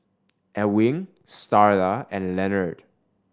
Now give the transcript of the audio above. Ewing Starla and Lenard